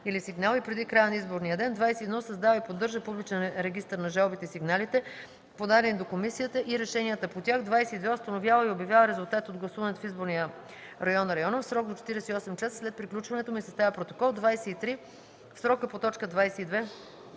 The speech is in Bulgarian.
или сигнала и преди края на изборния ден; 21. създава и поддържа публичен регистър на жалбите и сигналите, подадени до комисията, и решенията по тях. 22. установява и обявява резултатите от гласуването в изборния район (района) в срок до 48 часа след приключването му и съставя протокол; 23. в срока по т. 22